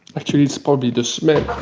actually it's probably the smell. i